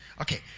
Okay